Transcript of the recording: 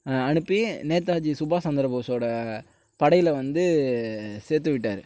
அனுப்பி நேதாஜி சுபாஷ் சந்திரபோஸோட படையில் வந்து சேர்த்து விட்டார்